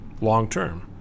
long-term